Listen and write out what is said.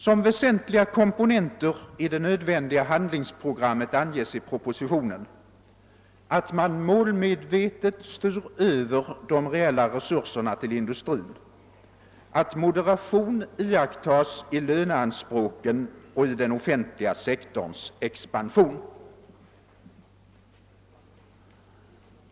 Som väsentliga komponenter i det nödvändiga handlingsprogrammet anges i propositionen att man målmedvetet styr över de reala resurserna till industrin och att moderation iakttas i löneanspråken och i den offentliga sektorns expansion.